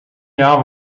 jahr